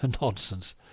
Nonsense